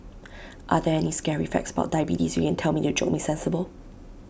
are there any scary facts about diabetes you can tell me to jolt me sensible